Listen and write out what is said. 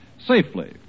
safely